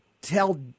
tell